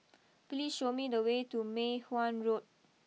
please show me the way to Mei Hwan Road